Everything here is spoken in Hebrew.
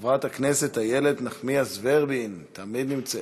חברת הכנסת איילת נחמיאס ורבין, תמיד נמצאת.